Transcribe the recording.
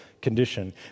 condition